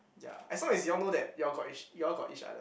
ya as long as you all know that you all got each you all got each other